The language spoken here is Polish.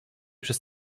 przez